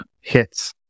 hits